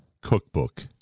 cookbook